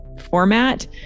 format